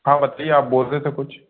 हाँ बताइए आप बोल रहे थे कुछ